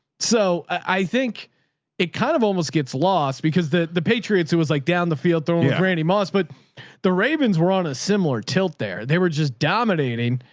so i think it kind of almost gets lost because the the patriots, it was like down the field throwing randy moss, but the ravens were on a similar tilt there. they were just dominating,